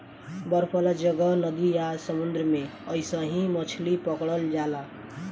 बरफ वाला जगह, नदी आ समुंद्र में अइसही मछली पकड़ल जाला